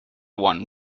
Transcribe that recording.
one